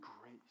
grace